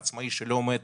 העצמאי שלא עומד